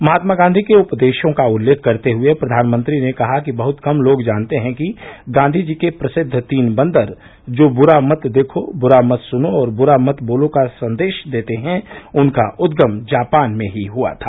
महात्मा गांधी के उपदेशों का उल्लेख करते हुए प्रधानमंत्री ने कहा कि बहुत कम लोग जानते हैं कि गांधी जी के प्रसिद्व तीन बंदर जो बुरा मत देखो बुरा मत सुनो और बुरा मत बोलो का संदेश देते हैं उनका उद्गम जापान में ही हुआ था